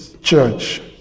Church